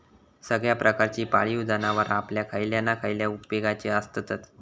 सगळ्या प्रकारची पाळीव जनावरां आपल्या खयल्या ना खयल्या उपेगाची आसततच